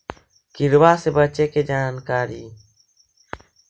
किड़बा से बचे के जानकारी?